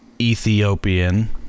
Ethiopian